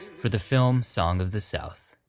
for the film song of the south.